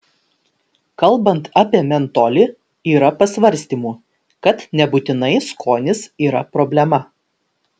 kalbant apie mentolį yra pasvarstymų kad nebūtinai skonis yra problema